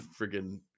freaking